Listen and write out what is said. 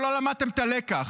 שלא למדתם את הלקח.